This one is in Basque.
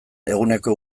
eguneko